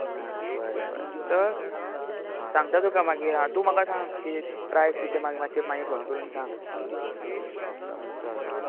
ना ना बरें बरें चल तर सांगता तुका मागीर हांव तूं म्हाका सांग किदें प्रायस बी तें मागी माश्शें मात्शें मागीर फोन करून सांग चल चल बरें